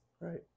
right